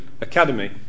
academy